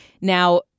Now